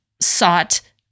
sought